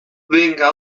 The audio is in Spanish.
venga